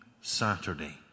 Saturday